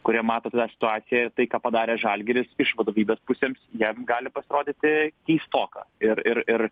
kurie mato tą situaciją tai ką padarė žalgiris iš vadovybės pusėms jam gali pasirodyti keistoka ir ir ir